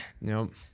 Nope